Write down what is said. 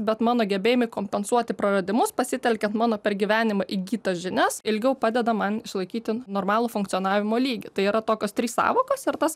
bet mano gebėjimai kompensuoti praradimus pasitelkiant mano per gyvenimą įgytas žinias ilgiau padeda man išlaikyti normalų funkcionavimo lygį tai yra tokios trys sąvokos ir tas